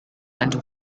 and